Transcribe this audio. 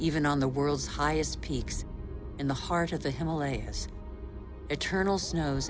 even on the world's highest peaks in the heart of the himalayas eternal snows